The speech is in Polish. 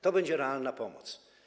To będzie realna pomoc.